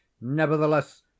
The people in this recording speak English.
nevertheless